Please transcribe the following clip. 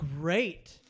great